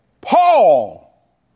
Paul